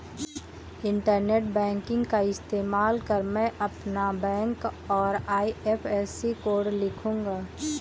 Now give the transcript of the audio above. internet banking का इस्तेमाल कर मैं अपना बैंक और आई.एफ.एस.सी कोड लिखूंगा